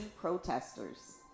protesters